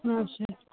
लेना छै